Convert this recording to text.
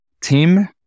team